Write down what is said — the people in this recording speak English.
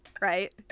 right